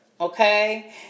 Okay